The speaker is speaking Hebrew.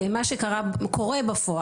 ומה שקורה בפועל,